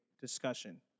discussion